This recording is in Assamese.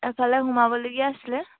এফালে সোমাবলগীয়া আছিলে